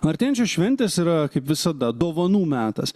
artėjančios šventės yra kaip visada dovanų metas